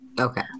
Okay